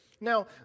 Now